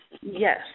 Yes